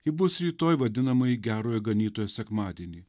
ji bus rytoj vadinamai gerojo ganytojo sekmadienį